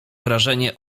wrażenie